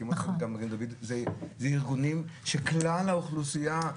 זה ארגונים שכלל האוכלוסייה מתנדבים